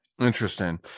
Interesting